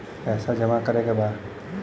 पैसा जमा करे के बा?